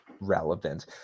relevant